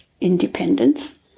independence